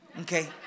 Okay